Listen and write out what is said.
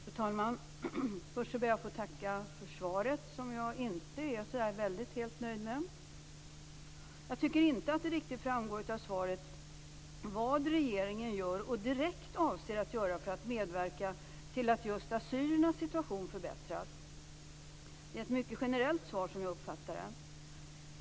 Fru talman! Först ber jag att få tacka för svaret, som jag inte är helt nöjd med. Jag tycker inte att det riktigt framgår av svaret vad regeringen gör och direkt avser att göra för att medverka till att just assyriernas situation förbättras. Det är ett mycket generellt svar, som jag uppfattar det.